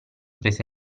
prese